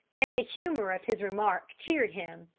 and the humour of his remark cheered him.